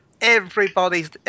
everybody's